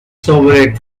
sobre